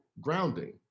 grounding